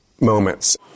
moments